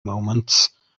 moments